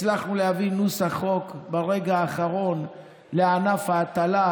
הצלחנו להביא ברגע האחרון נוסח חוק מוסכם לענף ההטלה,